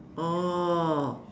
oh